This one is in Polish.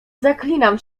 zaklinam